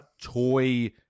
toy